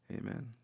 amen